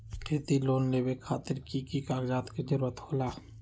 खेती लोन लेबे खातिर की की कागजात के जरूरत होला?